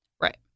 Right